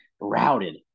routed